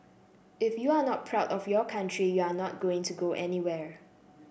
if you are not proud of your country you are not going to go anywhere